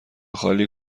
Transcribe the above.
خالی